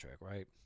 right